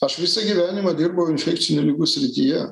aš visą gyvenimą dirbau infekcinių ligų srityje